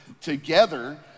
together